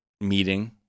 meeting